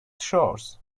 shores